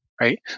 Right